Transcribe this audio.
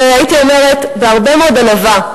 והייתי אומרת בהרבה מאוד ענווה,